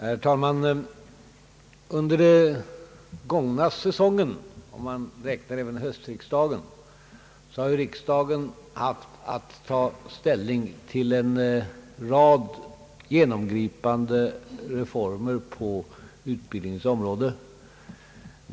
Herr talman! Under den gångna säsongen — jag medräknar då även höstriksdagen — har riksdagen haft att ta ställning till en rad genomgripande reformer på «utbildningens område.